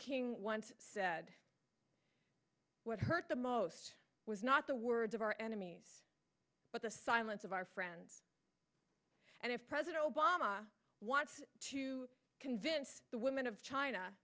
king once said what hurt the most was not the words of our enemies but the silence of our friends and if president obama wants to convince the women of china